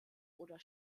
oder